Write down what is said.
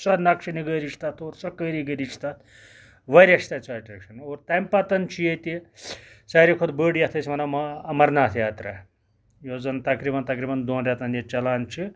سُہ چھُ اَتھ نَقشہِ نِگٲری چھِ تَتھ کٲریگٔری چھِ تَتھ واریاہ چھُ تَتہِ سۄ اَٹریکشَن امہ پَتَن چھُ ییٚتہِ ساروی کھوٚتہ بٔڑ یَتھ أسۍ وَنان اَمَرناتھ یاترا یُس زَن تَقریباً تَقریباً دۄن رٮ۪تَن ییٚتہِ چَلان چھِ